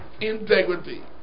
integrity